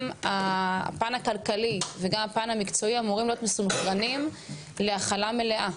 הפן הכלכלי וגם הפן המקצועי אמורים להיות מסונכרנים להכלה מלאה.